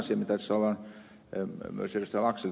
toinen asia mistä myös ed